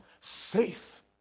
safe